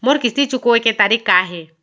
मोर किस्ती चुकोय के तारीक का हे?